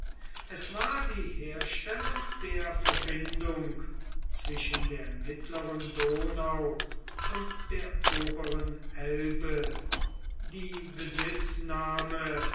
es war die herstellung der verbindung zwischen der mittleren donau und der oberen elbe die besitznahme